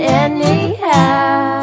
anyhow